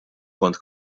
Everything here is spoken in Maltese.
kont